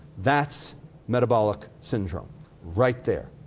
that's metabolic syndrome right there.